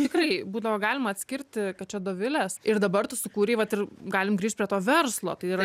nu tikrai būdavo galima atskirti kad čia dovilės ir dabar tu sukūrei vat ir galim grįžt prie to verslo tai yra